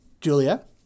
Julia